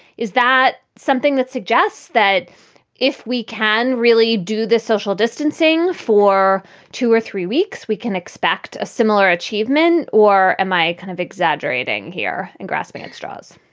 is that something that suggests that if we can really do this social distancing for two or three weeks, we can expect a similar achievement? or am i kind of exaggerating here and grasping at straws?